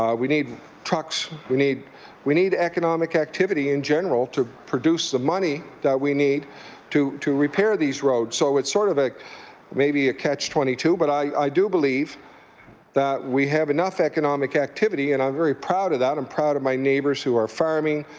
we need trucks. we need we need economic activity in general to produce the money that we need to repair these roads. so it's sort of a maybe a catch twenty two, but i do believe that we have enough economic activity and i'm very proud of that. i'm proud of my neighbours who are farming,